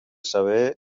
saber